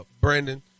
Brandon